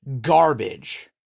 garbage